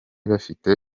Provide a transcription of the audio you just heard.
bafite